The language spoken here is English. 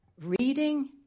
reading